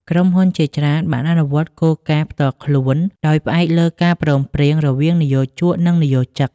ក្រុមហ៊ុនជាច្រើនបានអនុវត្តគោលការណ៍ផ្ទាល់ខ្លួន ដោយផ្អែកលើការព្រមព្រៀងរវាងនិយោជក និងនិយោជិត។